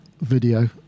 video